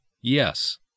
yes